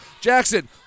Jackson